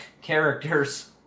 characters